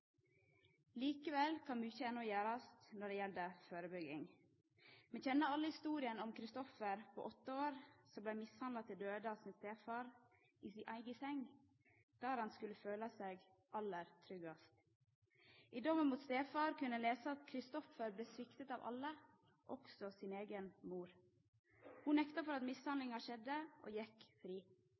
Likevel kan ein enno gjera mykje når det gjeld førebygging. Me kjenner alle historia om Christoffer på åtte år, som blei mishandla til døde av stefaren sin, i si eiga seng – der han skulle føla seg aller tryggast. I dommen mot stefar kunne ein lesa: «Christoffer ble sviktet av alle, også sin egen mor.» Ho nekta for at mishandlinga skjedde, og gjekk fri.